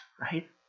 right